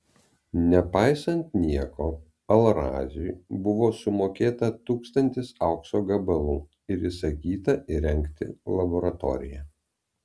nepaisant nieko al raziui buvo sumokėta tūkstantis aukso gabalų ir įsakyta įrengti laboratoriją